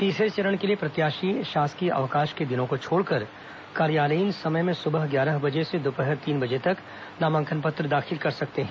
तीसरे चरण के लिए प्रत्याशी शासकीय अवकाश के दिनों को छोड़कर कार्यालयीन समय में सुबह ग्यारह बजे से दोपहर तीन बजे तक नामांकन पत्र दाखिल कर सकते हैं